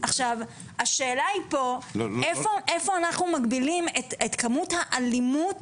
השאלה היא פה איפה אנחנו מגבילים את כמות האלימות